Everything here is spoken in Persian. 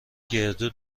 گردو